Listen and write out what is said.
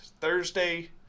Thursday